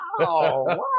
wow